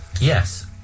yes